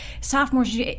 sophomores